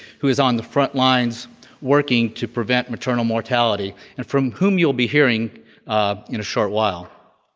who is on the front lines working to prevent maternal mortality and from whom you'll be hearing in a short while.